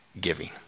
giving